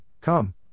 Come